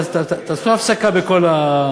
תעשו הפסקה בכל,